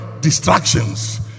Distractions